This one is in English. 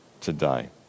today